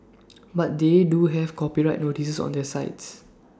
but they do have copyright notices on their sites